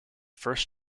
first